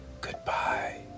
Goodbye